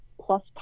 plus